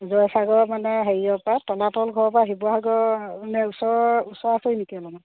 জয়সাগৰ মানে হেৰিয়ৰ পৰা তলাতল ঘৰৰ পৰা শিৱসাগৰ মানে ওচৰৰ ওচৰা ওচৰি নেকি অলপমান